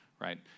right